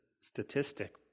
statistic